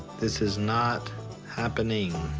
this is not happening.